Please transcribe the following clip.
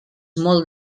molt